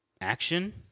action